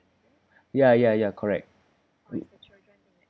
ya ya ya correct with